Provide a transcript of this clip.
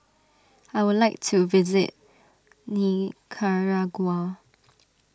I would like to visit Nicaragua